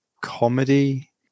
comedy